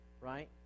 right